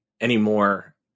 anymore